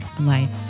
life